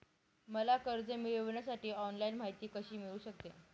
मला कर्ज मिळविण्यासाठी ऑनलाइन माहिती कशी मिळू शकते?